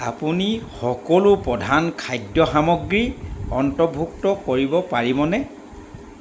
আপুনি সকলো প্ৰধান খাদ্য সামগ্ৰী অন্তৰ্ভুক্ত কৰিব পাৰিবনে